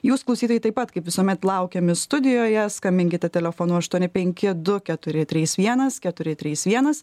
jūs klausytojai taip pat kaip visuomet laukiami studijoje skambinkite telefonu aštuoni penki du keturi trys vienas keturi trys vienas